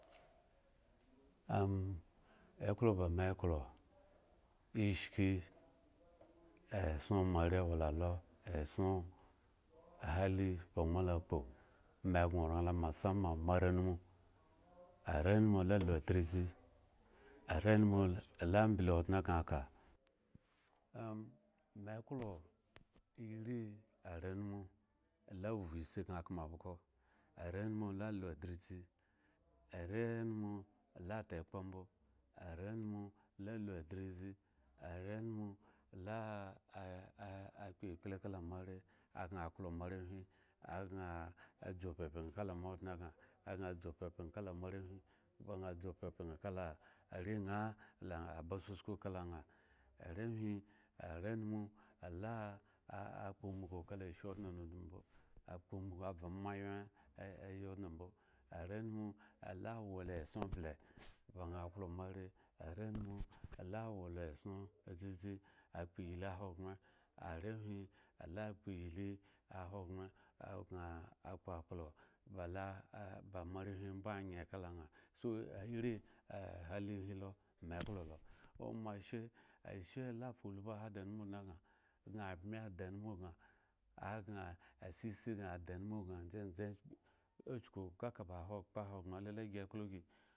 ekplo ba me eklo eshki esson moa are awo la lo esson hali ba moa la kpo me sno lo masama moa ae numa, are numu ya alo adtizi, are numu la able odne ga aka am me eklo eri arenumu la avu esi ban akama abgo arenumu la alo dlizi arenum la ata ekpa bo arenum la alo addlizi arenum la akpikpi kala moa are asa akli moa arehwi gan adzu pyepyen kamoa arehwi san adzu pyepyen kala are na la ba susko ka na aehwi are numu la akpo umbugu kalaa ashe odne mbo ako umbugu asla moa anwye aye odne mbo arenumu la awo la esson bla ba na akloo moa are are numu lawo la esson dzizi gorn akpo eyli hogbre are hwi la ako iylii hogbre gan akpo akplo ba moa arehwi bo ayen kala na so ari hali he lo me eklo ko moa ashe ashe la afa ulbo da anumu admi de anumu na a sa esi ade anumu dzizi okuku kaka akpa hogbre alo la gi okogi